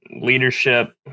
leadership